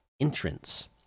entrance